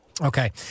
Okay